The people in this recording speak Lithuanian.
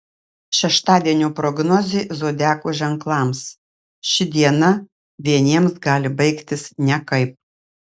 šeštadienio prognozė zodiako ženklams ši diena vieniems gali baigtis nekaip